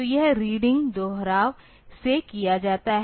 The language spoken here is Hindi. तो यह रीडिंग दोहराव से किया जाता है